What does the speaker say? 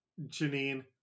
Janine